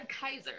Kaiser